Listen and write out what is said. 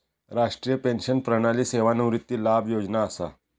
राष्ट्रीय पेंशन प्रणाली सेवानिवृत्ती लाभ योजना असा